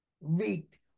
leaked